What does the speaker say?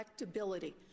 electability